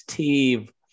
Steve